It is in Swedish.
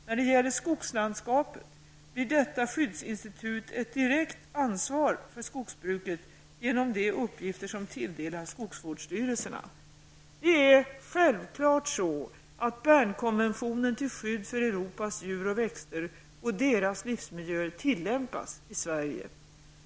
När det gäller skogslandskapet blir detta skyddsinstitut ett direkt ansvar för skogsbruket genom de uppgifter som tilldelas skogsvårdsstyrelserna. Det är självklart så att Bern-konventionen till skydd för Europas djur och växter och deras livsmiljöer tillämpas i Sverige.